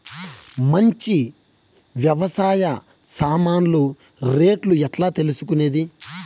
మంచి వ్యవసాయ సామాన్లు రేట్లు ఎట్లా తెలుసుకునేది?